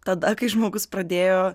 tada kai žmogus pradėjo